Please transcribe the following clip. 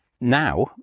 Now